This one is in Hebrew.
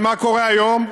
ומה קורה היום?